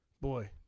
Boy